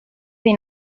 dai